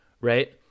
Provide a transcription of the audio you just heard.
right